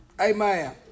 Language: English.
Amen